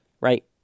right